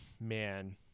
Man